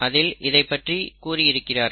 அதில் இதைப்பற்றி கூறியிருக்கிறார்கள்